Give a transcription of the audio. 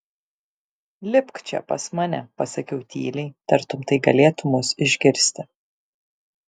lipk čia pas mane pasakiau tyliai tartum tai galėtų mus išgirsti